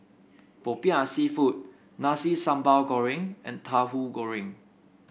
popiah seafood Nasi Sambal Goreng and Tauhu Goreng